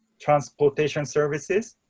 transportation services,